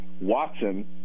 Watson